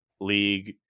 league